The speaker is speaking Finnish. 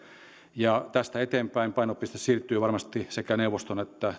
ja tästä eteenpäin painopiste siirtyy varmasti sekä neuvoston että